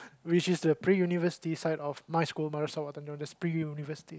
which is the pre university side of my school marist stella known as pre university